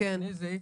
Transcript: אבל לפני זה,